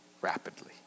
rapidly